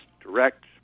direct